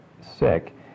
sick